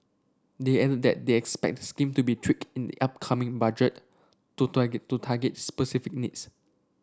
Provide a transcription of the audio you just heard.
they added that they expect the scheme to be tweaked in the upcoming Budget to to target specific needs